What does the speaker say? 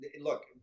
Look